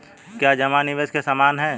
क्या जमा निवेश के समान है?